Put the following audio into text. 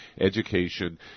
education